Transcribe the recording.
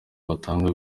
batanga